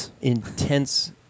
intense